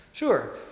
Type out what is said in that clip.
Sure